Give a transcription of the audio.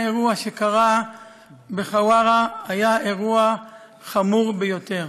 האירוע שקרה בחווארה היה אירוע חמור ביותר,